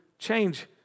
change